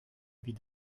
vis